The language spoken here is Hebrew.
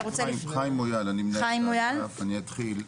חיים מויאל אני אתחיל.